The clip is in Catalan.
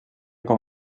com